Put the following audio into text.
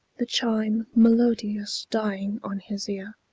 the chime melodious dying on his ear.